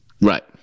Right